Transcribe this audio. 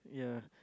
yeah